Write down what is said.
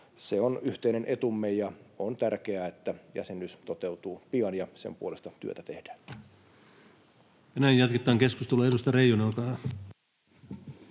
Se on yhteinen etumme, ja on tärkeää, että jäsenyys toteutuu pian ja sen puolesta työtä tehdään.